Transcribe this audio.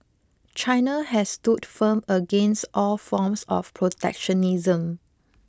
China has stood firm against all forms of protectionism